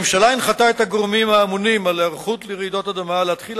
הממשלה הנחתה את הגורמים האמונים על היערכות לרעידות אדמה להתחיל